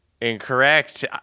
Incorrect